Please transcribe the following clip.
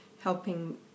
helping